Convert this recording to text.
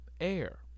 air